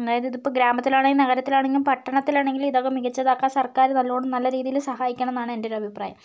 അതായത് ഇതിപ്പം ഗ്രാമത്തിലാണെങ്കിലും നഗരത്തിലാണെങ്കിലും പട്ടണത്തിലാണെങ്കിലും ഇതൊക്കെ മികച്ചതാക്കാൻ സർക്കാർ നല്ലവണ്ണം നല്ല രീതിയിൽ സഹായിക്കണമെന്നാണ് എൻ്റെ ഒരഭിപ്രായം